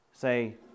say